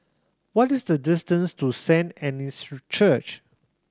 what is the distance to Saint Anne's Church